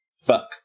Fuck